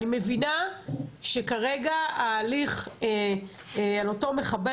אני מבינה שכרגע ההליך על אותו מחבל,